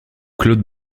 claude